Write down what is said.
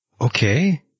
okay